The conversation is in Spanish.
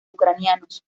ucranianos